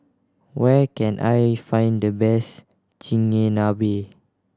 where can I find the best Chigenabe